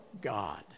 God